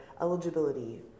eligibility